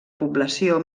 població